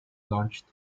launched